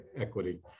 equity